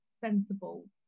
sensible